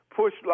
push